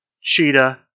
Cheetah